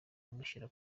kumushyira